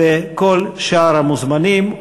וכל שאר המוזמנים,